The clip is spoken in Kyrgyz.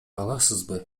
аласызбы